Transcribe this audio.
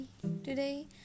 today